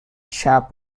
chap